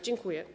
Dziękuję.